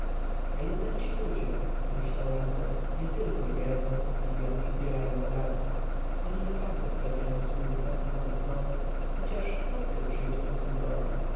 a jednak ci ludzie pomyślał ramzes nietylko jedzą piją i zbierają bogactwa oni naprawdę spełniają służbę nawet w nocy chociaż co z tego przyjdzie posągowi